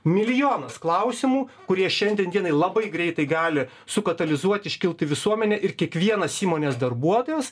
milijonas klausimų kurie šiandien dienai labai greitai gali sukatalizuot iškilt į visuomenę ir kiekvienas įmonės darbuotojas